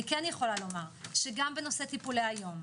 אני כן יכולה לומר שגם בנושא טיפולי היום,